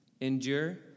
endure